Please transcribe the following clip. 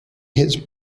his